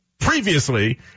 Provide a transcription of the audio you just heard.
Previously